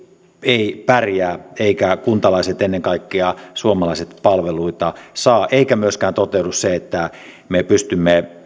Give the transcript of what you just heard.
ei pärjää eivätkä kuntalaiset ennen kaikkea suomalaiset palveluita saa eikä myöskään toteudu se että me pystymme